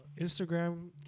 Instagram